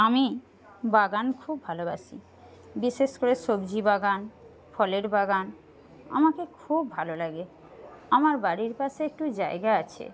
আমি বাগান খুব ভালোবাসি বিশেষ করে সবজি বাগান ফলের বাগান আমাকে খুব ভালো লাগে আমার বাড়ির পাশে একটু জায়গা আছে